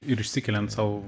ir išsikeliant sau